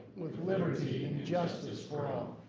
with liberty and justice for all.